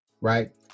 right